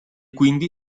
quindi